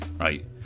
right